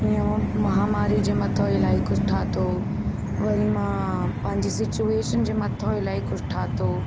ईअं मां महामारी जे मथो इलाही कुझु ठाहियो वरी मां पंहिंजी सिचुएशन जे मथो इलाही कुझु ठाहियो